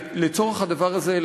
לצורך הדבר הזה,